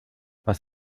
was